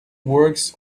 works